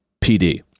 PD